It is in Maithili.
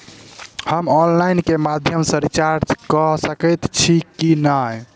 हम ऑनलाइन केँ माध्यम सँ रिचार्ज कऽ सकैत छी की?